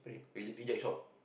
reject reject shop